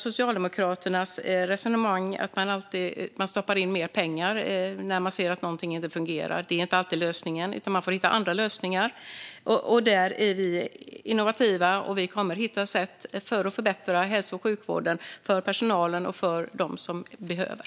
Socialdemokraternas resonemang, att man alltid ska stoppa in mer pengar när man ser att något inte fungerar, är inte alltid lösningen. Man får hitta andra lösningar. Där är vi innovativa. Vi kommer att hitta sätt att förbättra hälso och sjukvården och förbättra för personalen och för dem som behöver.